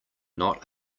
not